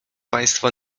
państwo